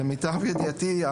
למיטב ידיעתי,